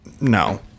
No